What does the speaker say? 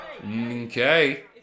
Okay